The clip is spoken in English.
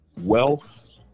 wealth